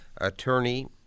attorney